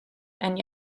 and